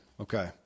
Okay